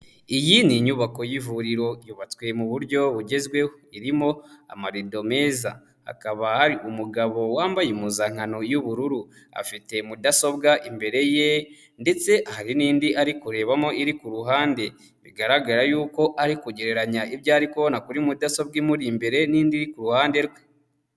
Iyi ni inyubako y'ivuriro yubatswe mu buryo bugezweho, irimo amarido meza, hakaba hari umugabo wambaye impuzankano y'ubururu, afite mudasobwa imbere ye ndetse hari n'indi ari kurebamo iri ku ruhande, bigaragara yuko ari kugereranya ibyo ari kubona kuri mudasobwa imuri imbere n'indi iri ku ruhande rwe.